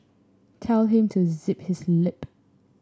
tell him to zip his lip